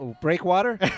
breakwater